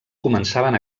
començaven